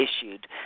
issued